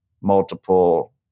multiple